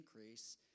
increase